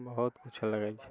बहुत किछु लगै छै